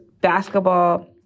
basketball